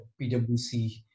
PwC